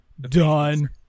done